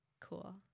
Cool